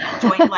joint